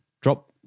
Drop